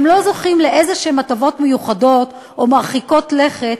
הם לא זוכים לאיזשהן הטבות מיוחדות או מרחיקות לכת